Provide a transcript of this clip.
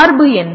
சார்பு என்ன